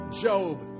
Job